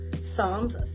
Psalms